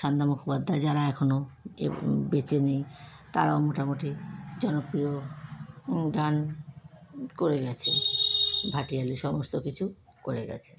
সন্ধ্যা মুখোপাধ্যায় যারা এখনো এখন বেঁচে নেই তারাও মোটামুটি জনপ্রিয় গান করে গেছে ভাটিয়ালি সমস্ত কিছু করে গেছে